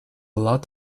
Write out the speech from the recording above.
lot